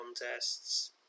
contests